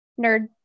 nerd